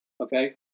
Okay